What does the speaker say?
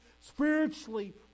Spiritually